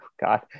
God